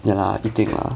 ya lah 一定 lah